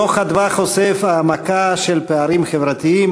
דוח "מרכז אדוה" חושף העמקה של פערים חברתיים,